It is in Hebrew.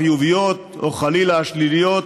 החיוביות או חלילה השליליות,